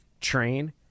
train